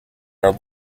are